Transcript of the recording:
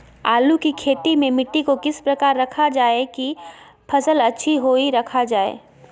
आलू की खेती में मिट्टी को किस प्रकार रखा रखा जाए की फसल अच्छी होई रखा जाए?